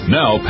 Now